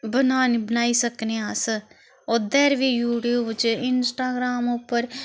बनाने बनाई सकने आं अस ओह्दे'र बी यूट्यूब च इंस्टाग्राम उप्पर